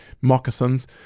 moccasins